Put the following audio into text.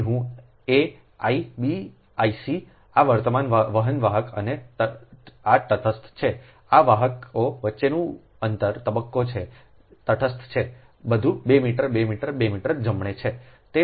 તેથી હું એ આઇ બી આઇ સી આ વર્તમાન વહન વાહક અને આ તટસ્થ છે અને આ વાહકો વચ્ચેનું અંતર તબક્કો છે તટસ્થ છે બધુ 2 મીટર 2 મીટર 2 મીટર જમણે છે